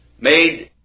made